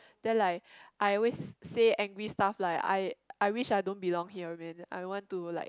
then like I always say angry stuff like I I wish I don't belong here man I want to like